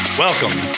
Welcome